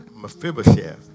Mephibosheth